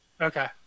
Okay